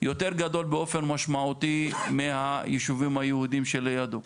יותר גדול באופן משמעותי מהישובים היהודים שלידו.